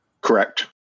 Correct